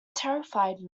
terrified